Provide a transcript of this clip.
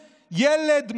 ילד,